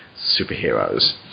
superheroes